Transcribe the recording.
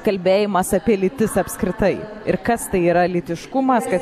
kalbėjimas apie lytis apskritai ir kas tai yra lytiškumas kad